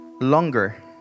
longer